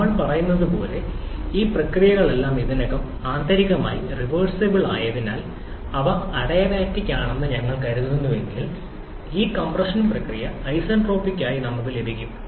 നമ്മൾ പറയുന്നത് പോലെ ഈ പ്രക്രിയകളെല്ലാം ഇതിനകം ആന്തരികമായി റിവേർസിബിൾ ആയതിനാൽ അവ അഡിയബാറ്റിക് ആണെന്ന് ഞങ്ങൾ കരുതുന്നുവെങ്കിൽ ഈ കംപ്രഷൻ പ്രക്രിയ ഐസന്റ്രോപിക് ആയി നമുക്ക് ലഭിക്കും